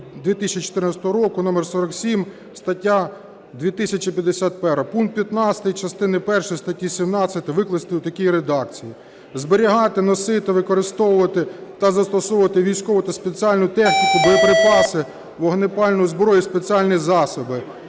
2014 року, № 47 , стаття 2051)": Пункт 15) частини першої статті 17 викласти у такій редакції: "зберігати, носити, використовувати та застосовувати військову та спеціальну техніку, боєприпаси, вогнепальну зброю і спеціальні засоби,